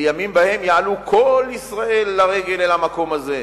לימים שבהם יעלו כל ישראל לרגל אל המקום הזה.